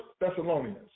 Thessalonians